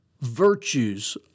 virtues